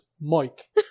Mike